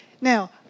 Now